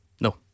No